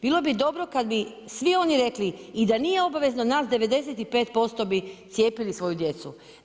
Bilo bi dobro, kad bi svi oni rekli, i da nije obavezno, nas 95% bi cijepili svoju djecu.